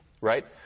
right